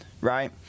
right